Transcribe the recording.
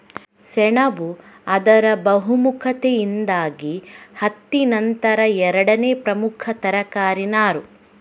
ಸೆಣಬು ಅದರ ಬಹುಮುಖತೆಯಿಂದಾಗಿ ಹತ್ತಿ ನಂತರ ಎರಡನೇ ಪ್ರಮುಖ ತರಕಾರಿ ನಾರು